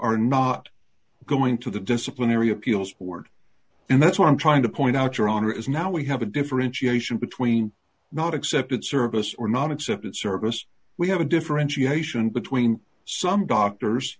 are not going to the disciplinary appeals board and that's what i'm trying to point out your honor is now we have a differentiation between not accepted service or not accepted service we have a differentiation between some doctors